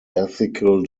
ethical